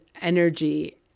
energy